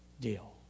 deal